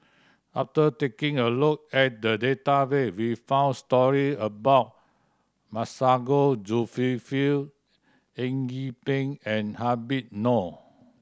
after taking a look at the database we found story about Masago Zulkifli Eng Yee Peng and Habib Noh